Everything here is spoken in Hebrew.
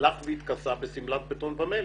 הלך והתכסה בשמלת בטון ומלט.